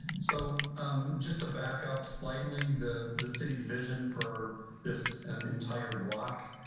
so i'm just a backup slightly. the, the city's vision for this entire block.